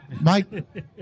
Mike